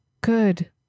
good